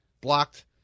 blocked